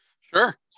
Sure